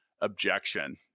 objection